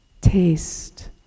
Taste